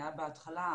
היה בהתחלה,